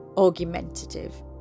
argumentative